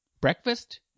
Breakfast